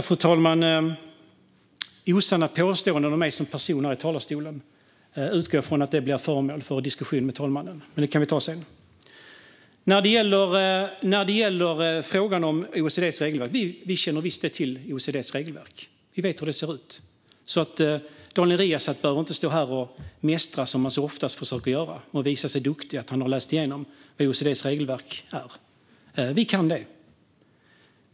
Fru talman! Osanna påståenden om mig som person i talarstolen utgår jag från blir föremål för en diskussion med talmannen. Men det kan vi ta senare. Vi känner visst till OECD:s regelverk. Vi vet hur det ser ut. Daniel Riazat behöver inte stå här och mästra, som han så ofta försöker göra, och visa sig duktig med att han har läst igenom OECD:s regelverk. Vi kan det.